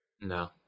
No